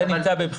זה נמצא בבחינה.